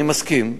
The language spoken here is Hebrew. אני מסכים.